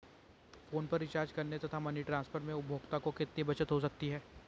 Phone पर recharge करने तथा मनी ट्रांसफर में उपभोक्ता को कितनी बचत हो सकती है?